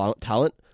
talent